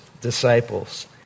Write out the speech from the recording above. disciples